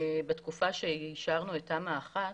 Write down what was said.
בתקופה שאישרנו את תמ"א 1,